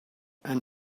and